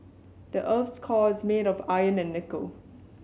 the earth's core is made of iron and nickel